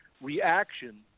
reaction